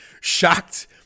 shocked